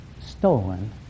stolen